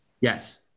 Yes